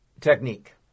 Technique